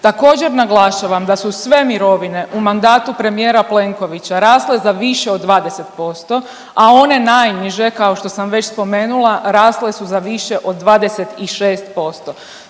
Također naglašavam da su sve mirovine u mandatu premijera Plenkovića rasle za više od 20%, a one najniže kao što sam već spomenula rasle su za više od 26%.